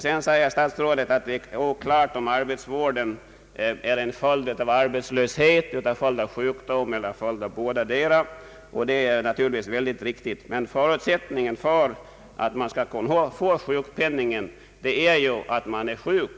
Statsrådet sade vidare att det ofta är oklart om arbetsvården är en följd av arbetslöshet eller av sjukdom eller av båda delarna. Det är naturligtvis alldeles riktigt, men förutsättningen för att en person skall få sjukpenning är ju att han är sjuk.